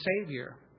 Savior